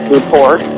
Report